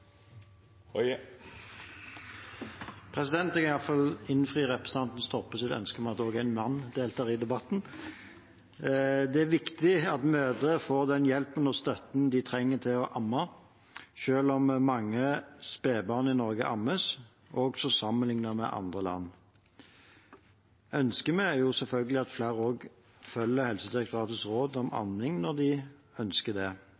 innfri representanten Toppes ønske om at også en mann deltar i debatten. Det er viktig at mødre får den hjelpen og støtten de trenger til å amme. Selv om mange spedbarn i Norge ammes, også sammenlignet med andre land, ønsker vi selvfølgelig at flere følger Helsedirektoratets råd om amming, når de ønsker det.